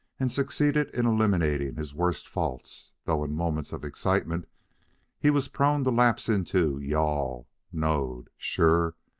and succeeded in eliminating his worst faults, though in moments of excitement he was prone to lapse into you-all, knowed, sure,